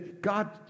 God